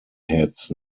heads